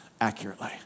accurately